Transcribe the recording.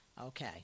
Okay